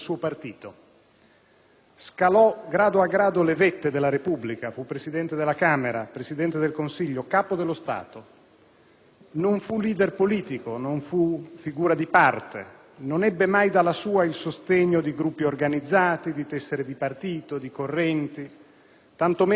Scalò grado a grado le vette della Repubblica: fu Presidente della Camera, Presidente del Consiglio, Capo dello Stato. Non fu *leader* politico, non fu figura di parte, non ebbe mai dalla sua il sostegno di gruppi organizzati, di tessere di partito, di correnti, tanto meno di clientele.